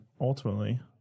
ultimately